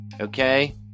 okay